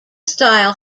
style